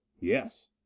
Yes